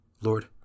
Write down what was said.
Lord